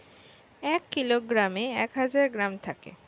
এক কিলোগ্রামে এক হাজার গ্রাম থাকে